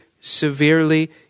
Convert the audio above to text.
severely